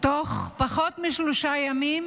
תוך פחות משלושה ימים